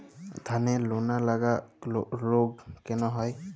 ধানের লোনা লাগা রোগ কেন হয়?